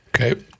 Okay